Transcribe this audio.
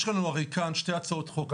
הרי יש לנו כאן שתי הצעות חוק,